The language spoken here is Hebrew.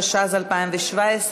התשע"ז 2017,